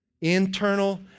internal